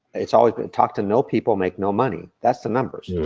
it's always been talk to no people, make no money. that's the numbers,